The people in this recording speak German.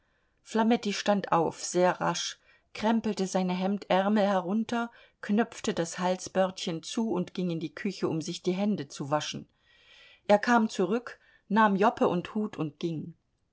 flametti stand auf sehr rasch krempelte seine hemdärmel herunter knöpfte das halsbördchen zu und ging in die küche um sich die hände zu waschen er kam zurück nahm joppe und hut und ging